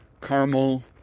caramel